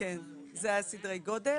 אלה סדרי הגודל.